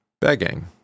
begging